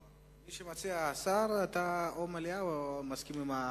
מי שמציע הוא השר, ואתה, או מליאה או מסכים עם,